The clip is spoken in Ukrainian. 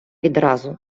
відразу